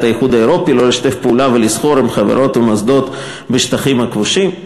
האיחוד האירופי שלא לשתף פעולה ולסחור עם חברות ומוסדות בשטחים הכבושים.